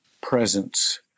presence